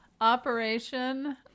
operation